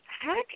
heck